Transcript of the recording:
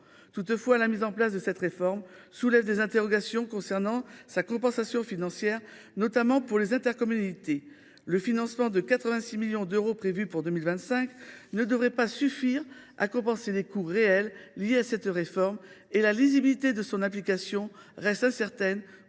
Toutefois, la mise en place de cette réforme soulève des interrogations concernant sa compensation financière, notamment pour les intercommunalités. Le financement de 86 millions d’euros prévu pour 2025 ne devrait pas suffire à compenser les coûts réels liés à cette réforme, et la lisibilité de son application reste incertaine